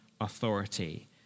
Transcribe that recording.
authority